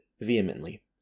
vehemently